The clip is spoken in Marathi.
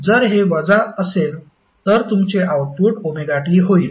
जर हे वजा असेल तर तुमचे आउटपुट ωt होईल